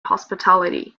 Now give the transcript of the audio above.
hospitality